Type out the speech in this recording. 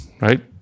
right